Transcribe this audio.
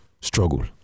struggle